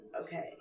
okay